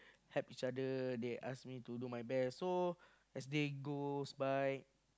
help each other they ask me to do my best so as day goes by